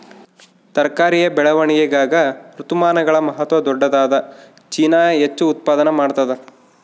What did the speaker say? ತರಕಾರಿಯ ಬೆಳವಣಿಗಾಗ ಋತುಮಾನಗಳ ಮಹತ್ವ ದೊಡ್ಡದಾದ ಚೀನಾ ಹೆಚ್ಚು ಉತ್ಪಾದನಾ ಮಾಡ್ತದ